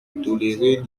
tolérer